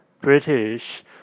British